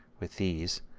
with these.